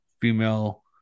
female